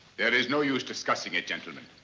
there is no use discussing it, gentlemen.